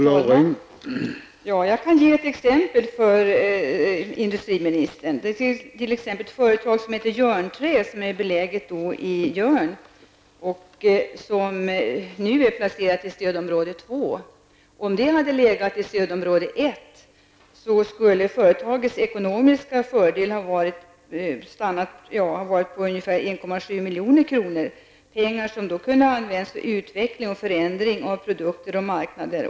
Herr talman! Jag kan ge industriministern ett exempel. Det finns ett företag som heter Jörnträ, som är beläget i Jörn och som nu är placerat i stödområde 2. Om det hade legat i stödområde 1, skulle företagets ekonomiska fördel härav ha varit ungefär 1,7 milj.kr. -- pengar som hade kunnat användas för utveckling och förändring av produkter och marknader.